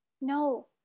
No